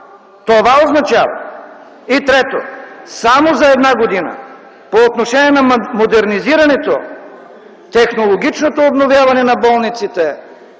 Това означава! Трето, само за една година по отношение на модернизирането, технологичното обновяване на болниците